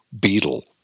beetle